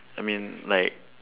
I mean like